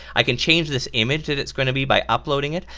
i can change this image that it's gonna be by uploading it,